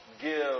give